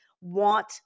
want